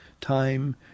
time